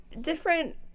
different